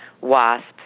Wasps